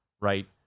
right